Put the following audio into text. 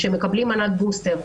שמקבלים מנת בוסטר,